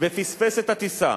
ופספס את הטיסה,